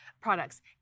products